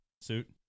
suit